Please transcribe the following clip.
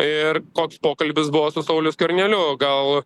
ir koks pokalbis buvo su sauliu skverneliu gal